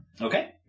Okay